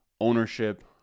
ownership